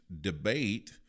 debate